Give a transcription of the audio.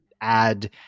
add